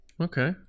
Okay